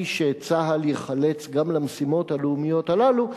שצה"ל ייחלץ גם למשימות הלאומיות הללו.